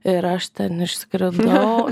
ir aš ten išskridau